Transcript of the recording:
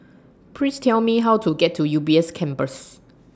Please Tell Me How to get to U B S Campus